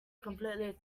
completely